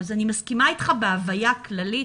אני מסכימה איתך בהוויה הכללית,